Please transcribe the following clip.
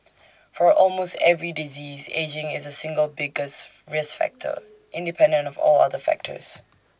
for almost every disease ageing is the single biggest risk factor independent of all other factors